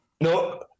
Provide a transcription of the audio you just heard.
no